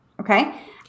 Okay